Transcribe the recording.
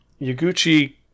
Yaguchi